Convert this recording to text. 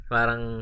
Parang